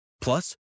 Plus